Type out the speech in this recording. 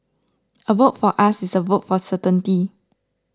a vote for us is a vote for certainty